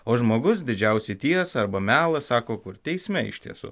o žmogus didžiausią tiesą arba melą sako kur teisme iš tiesų